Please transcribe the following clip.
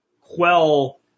quell